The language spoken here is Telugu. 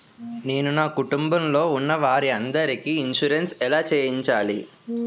నేను నా కుటుంబం లొ ఉన్న వారి అందరికి ఇన్సురెన్స్ ఎలా చేయించాలి?